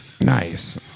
Nice